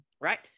right